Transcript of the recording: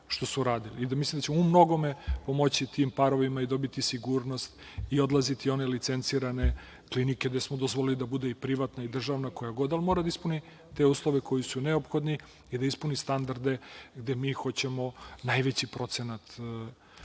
Mislim da ćemo umnogome pomoći tim parovima i dobiti sigurnost i odlaziti u one licencirane klinike gde smo dozvolili da bude i privatna i državna, koja god, ali mora da ispuni te uslove koji su neophodni i da ispuni standarde gde mi hoćemo najveći procenat uspešnih